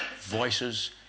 voices